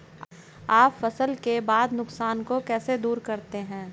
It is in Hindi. आप फसल के बाद के नुकसान को कैसे दूर करते हैं?